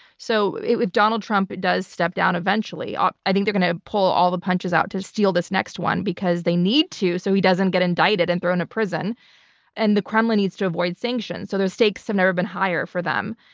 so if donald trump does step down eventually, um i think they're going to pull all the punches out to steal this next one because they need to so he doesn't get indicted and thrown into prison and the kremlin needs to avoid sanction. so the stakes have never been higher for them.